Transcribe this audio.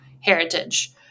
heritage